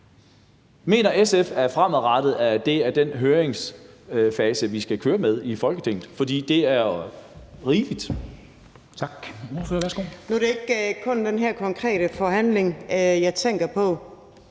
mener SF, at det fremadrettet er den høringsfase, vi skal køre med i Folketinget,